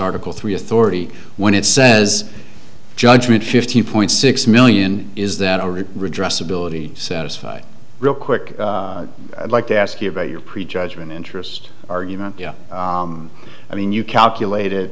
article three authority when it says judgment fifteen point six million is that redress ability satisfied real quick i'd like to ask you about your prejudgment interest argument i mean you calculate it